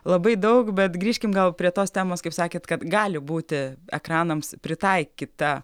labai daug bet grįžkim gal prie tos temos kaip sakėt kad gali būti ekranams pritaikyta